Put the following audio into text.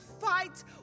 fight